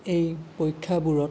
এই পৰীক্ষাবোৰত